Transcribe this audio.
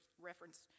reference